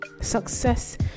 Success